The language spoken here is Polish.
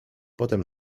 potem